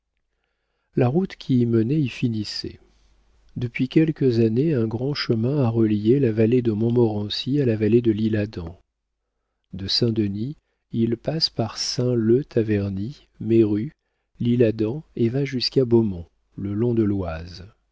la route qui y menait y finissait depuis quelques années un grand chemin a relié la vallée de montmorency à la vallée de l'isle-adam de saint-denis il passe par saint leu taverny méru l'isle-adam et va jusqu'à beaumont le long de l'oise